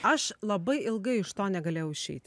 aš labai ilgai iš to negalėjau išeit